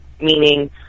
meaning